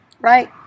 Right